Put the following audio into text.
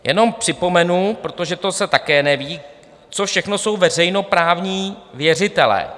Jenom připomenu, protože to se také neví, co všechno jsou veřejnoprávní věřitelé.